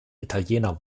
italiener